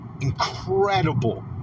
Incredible